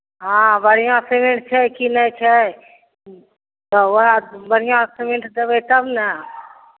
हॅं बढ़िऑं सिमेंट छै कि नहि छै तऽ ओहए बढ़िऑं सिमेंट देबै तब ने